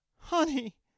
Honey